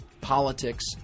politics